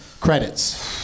credits